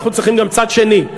אנחנו צריכים גם צד שני.